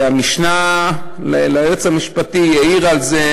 המשנה ליועץ המשפטי העירה על זה,